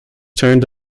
turned